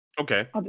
okay